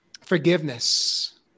forgiveness